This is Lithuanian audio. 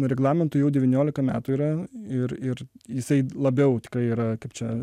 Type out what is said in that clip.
reglamentui jau devyniolika metų yra ir ir jisai labiau tikrai yra kaip čia